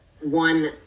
one